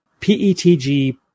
PETG